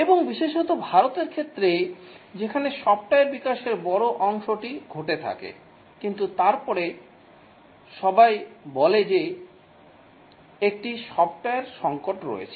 এবং বিশেষত ভারতের ক্ষেত্রে যেখানে সফ্টওয়্যার বিকাশের বড় অংশটি ঘটে থাকে কিন্তু তারপরে সবাই বলে যে একটি সফ্টওয়্যার সংকট রয়েছে